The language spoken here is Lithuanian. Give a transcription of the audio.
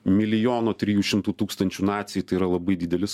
milijono trijų šimtų tūkstančių nacijai tai yra labai didelis